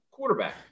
quarterback